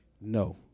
No